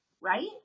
Right